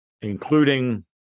including